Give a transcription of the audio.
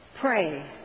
Pray